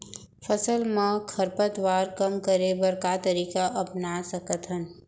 फसल मा खरपतवार कम करे बर का तरीका अपना सकत हन?